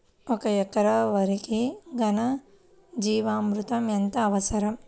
ఒక ఎకరా వరికి ఘన జీవామృతం ఎంత అవసరం?